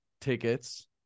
tickets